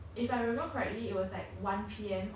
I've seen you dance a few times but 我没有